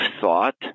thought